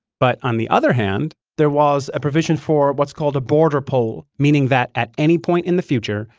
but on the other hand. there was a provision for what's called a border poll meaning that at any point in the future,